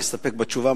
אני אסתפק בתשובה,